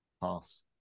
pass